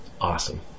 Awesome